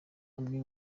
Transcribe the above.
imwe